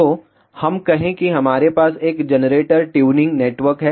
तो हम कहें कि हमारे पास एक जनरेटर ट्यूनिंग नेटवर्क है